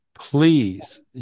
Please